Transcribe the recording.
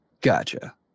Gotcha